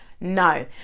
No